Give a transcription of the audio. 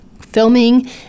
filming